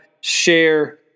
share